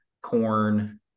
corn